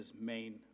main